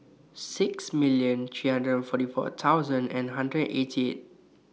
sixt million three hundred forty four thousand and hundred eighty eight